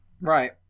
Right